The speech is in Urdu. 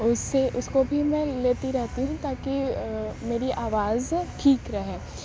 اس سے اس کو بھی میں لیتی رہتی ہوں تاکہ میری آواز ٹھیک رہے